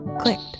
clicked